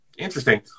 interesting